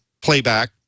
playback